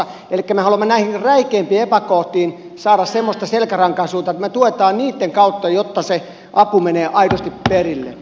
elikkä me haluamme näihin räikeimpiin epäkohtiin saada semmoista selkärankaisuutta että me tuemme niitten kautta jotta se apu menee aidosti perille